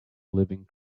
living